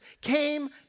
came